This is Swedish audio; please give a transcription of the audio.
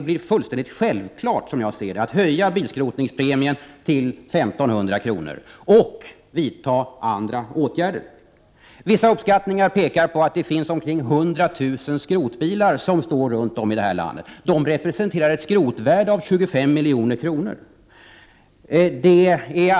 Av denna anledning är det självklart att man måste höja bilskrotningspremien till 1 500 kr. och vidta andra åtgärder. Vissa uppskattningar pekar på att det finns omkring 100 000 skrotbilar som står runt om i det här landet. De representerar ett skrotvärde på 25 milj.kr.